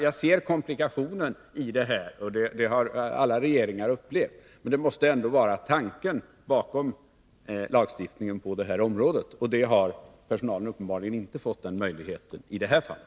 Jag ser komplikationen i detta, och den har alla regeringar upplevt. Men detta måste ändå vara tanken bakom lagstiftningen på det här området, och personalen har uppenbarligen inte fått den möjligheten i det här fallet.